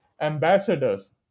ambassadors